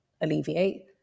alleviate